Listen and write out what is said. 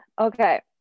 okay